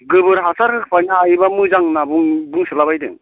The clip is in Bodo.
गोबोर हासार होफानो हायोबा मोजां होनना बुंसोलाबायदों